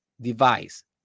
device